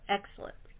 Excellent